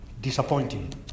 disappointing